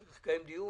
צריך לקיים דיון,